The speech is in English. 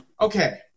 Okay